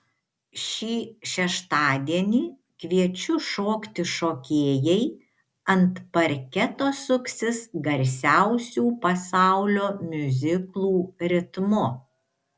šį šeštadienį kviečiu šokti šokėjai ant parketo suksis garsiausių pasaulio miuziklų ritmu